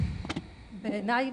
בעיניי,